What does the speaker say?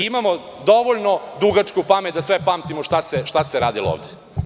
Imamo dovoljno dugačku pamet da sve pamtimo šta se radilo ovde.